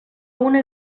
una